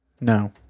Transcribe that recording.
No